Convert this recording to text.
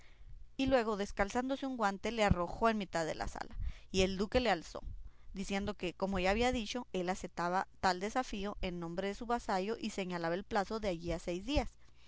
y luego descalzándose un guante le arrojó en mitad de la sala y el duque le alzó diciendo que como ya había dicho él acetaba el tal desafío en nombre de su vasallo y señalaba el plazo de allí a seis días